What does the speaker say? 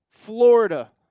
Florida